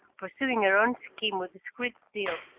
pursuing her own scheme with discreet zeal,